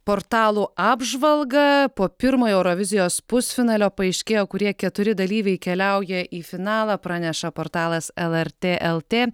portalų apžvalgą po pirmojo eurovizijos pusfinalio paaiškėjo kurie keturi dalyviai keliauja į finalą praneša portalas lrt lt